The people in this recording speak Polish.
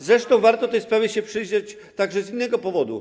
Zresztą warto się tej sprawie przyjrzeć także z innego powodu.